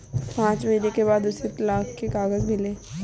पांच महीने के बाद उसे तलाक के कागज मिले